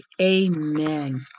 Amen